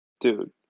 Dude